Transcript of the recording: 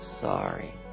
sorry